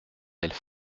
elles